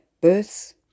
births